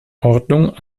ordnung